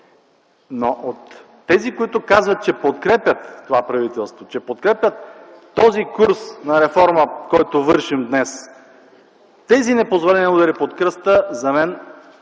Но от тези, които казват, че подкрепят това правителство, че подкрепят този курс на реформа, който вършим днес, тези непозволени удари под кръста за мен